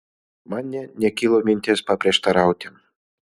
man nė nekilo minties paprieštarauti